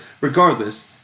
regardless